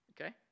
Okay